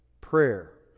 prayer